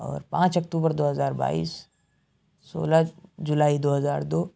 اور پانچ اکتوبر دو ہزار بائیس سولہ جولائی دو ہزار دو